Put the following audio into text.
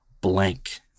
blank